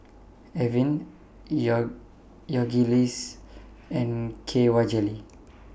Avene and K Y Jelly